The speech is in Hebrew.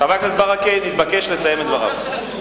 חבר הכנסת ברכה נתבקש לסיים את דבריו.